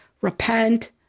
Repent